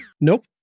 Nope